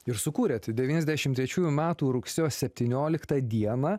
ir sukūrėt devyniasdešim trečiųjų metų rugsėjo septynioliktą dieną